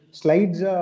slides